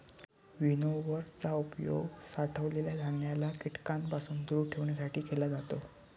winnower चा उपयोग साठवलेल्या धान्याला कीटकांपासून दूर ठेवण्यासाठी केला जातो